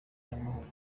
n’amahoro